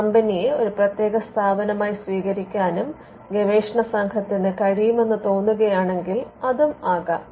കമ്പനിയെ ഒരു പ്രത്യേക സ്ഥാപനമായി സ്വീകരിക്കാനും ഗവേഷണ സംഘത്തിന് കഴിയുമെന്ന് തോന്നുകയാണെങ്കിൽ അതും ആകാം